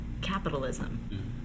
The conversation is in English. capitalism